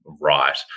right